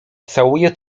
całuje